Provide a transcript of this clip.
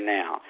now